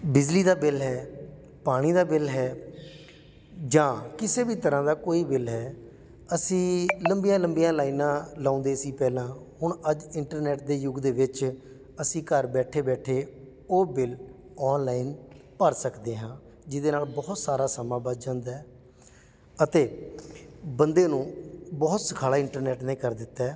ਬਿਜਲੀ ਦਾ ਬਿੱਲ ਹੈ ਪਾਣੀ ਦਾ ਬਿੱਲ ਹੈ ਜਾਂ ਕਿਸੇ ਵੀ ਤਰ੍ਹਾਂ ਦਾ ਕੋਈ ਬਿੱਲ ਹੈ ਅਸੀਂ ਲੰਬੀਆਂ ਲੰਬੀਆਂ ਲਾਈਨਾਂ ਲਾਉਂਦੇ ਸੀ ਪਹਿਲਾਂ ਹੁਣ ਅੱਜ ਇੰਟਰਨੈੱਟ ਦੇ ਯੁੱਗ ਦੇ ਵਿੱਚ ਅਸੀਂ ਘਰ ਬੈਠੇ ਬੈਠੇ ਉਹ ਬਿਲ ਔਨਲਾਈਨ ਭਰ ਸਕਦੇ ਹਾਂ ਜਿਹਦੇ ਨਾਲ਼ ਬਹੁਤ ਸਾਰਾ ਸਮਾਂ ਬੱਚ ਜਾਂਦਾ ਅਤੇ ਬੰਦੇ ਨੂੰ ਬਹੁਤ ਸੁਖਾਲਾ ਇੰਟਰਨੈੱਟ ਨੇ ਕਰ ਦਿੱਤਾ ਹੈ